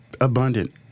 abundant